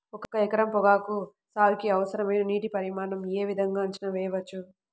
ఒక ఎకరం పొగాకు సాగుకి అవసరమైన నీటి పరిమాణం యే విధంగా అంచనా వేయవచ్చు?